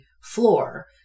floor